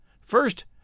First